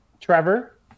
Trevor